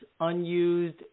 unused